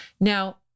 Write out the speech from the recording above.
Now